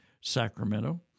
Sacramento